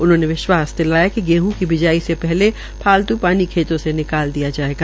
उन्होंने विश्वास दिलाया कि गेहं की बिजाई से पहले फालतू पानी खेतों से निकाल दिया जायेगा